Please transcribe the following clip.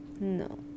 No